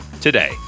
today